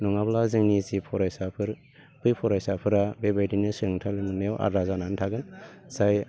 नङाब्ला जोंनि जि फरायसाफोर बै फरायसाफोरा बेबायदिनो सोलोंथाइ लानायाव आद्रा जानानै थागोन जाय